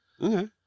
Okay